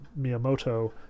Miyamoto